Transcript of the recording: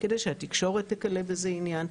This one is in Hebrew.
כדי שהתקשורת תגלה בזה עניין,